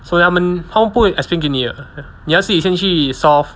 so 他们他们不会 explain 给你的你要自己先去 solve